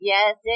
Yes